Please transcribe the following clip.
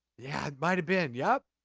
yeah! it might've been. yup!